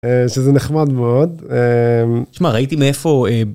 שזה נחמד מאוד, שמע, ראיתי מאיפה..